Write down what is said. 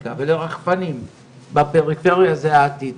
ולרובוטיקה ולרחפנים בפריפריה, זה העתיד,